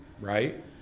right